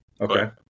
Okay